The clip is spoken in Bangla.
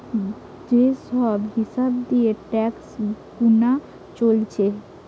যে সব হিসাব দিয়ে ট্যাক্স গুনা চলছে